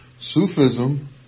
Sufism